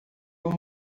não